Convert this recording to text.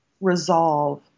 resolve